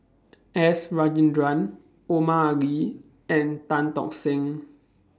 S Rajendran Omar Ali and Tan Tock Seng